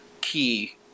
key